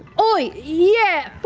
oi, yeah,